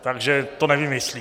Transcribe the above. Takže to nevymyslíš.